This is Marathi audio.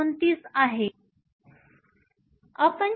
29 आहे